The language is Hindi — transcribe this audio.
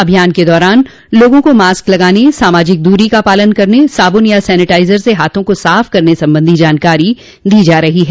अभियान के दौरान लोगों को मास्क लगाने सामाजिक दूरी का पालन करने साबुन या सैनिटाइजर से हाथों का साफ करने संबंधी जानकारी दी जा रही है